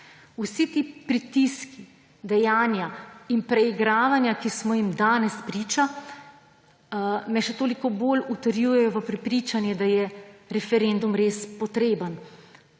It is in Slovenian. Vsi ti pritiski, dejanja in preigravanja, ki smo jim danes priča, me še toliko bolj utrjujejo v prepričanju, da je referendum res potreben.